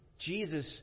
Jesus